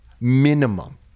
minimum